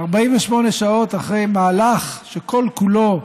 48 שעות אחרי מהלך שכל-כולו,